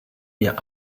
mir